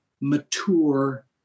mature